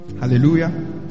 hallelujah